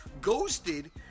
Ghosted